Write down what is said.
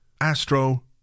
Astro